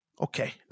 okay